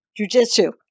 jujitsu